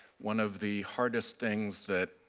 one of the hardest things that